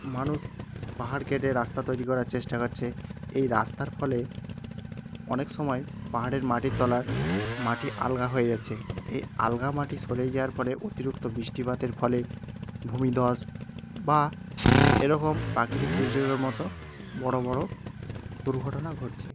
মানুষ পাহাড় কেটে রাস্তা তৈরি করার চেষ্টা করছে এই রাস্তার ফলে অনেক সময় পাহাড়ের মাটির তলার মাটি আলগা হয়ে যাচ্ছে এই আলগা মাটির সরে যাওয়ার ফলে অতিরিক্ত বৃষ্টিপাতের ফলে ভূমি ধস বা এরকম প্রাকৃতিক দুর্যোগের মতো বড়ো বড়ো দুর্ঘটনা ঘটছে